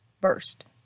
burst